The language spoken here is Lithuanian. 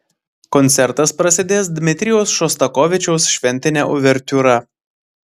koncertas prasidės dmitrijaus šostakovičiaus šventine uvertiūra